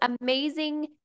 amazing